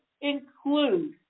Include